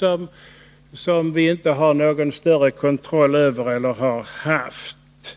Det senare har vi inte någon större kontroll över, och vi har inte